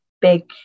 big